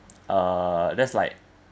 uh that's like